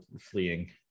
fleeing